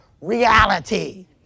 reality